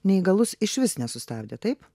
neįgalus išvis nesustabdė taip